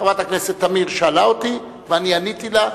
חברת הכנסת תמיר שאלה אותי, ואני עניתי לה.